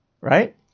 right